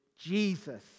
Jesus